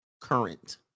current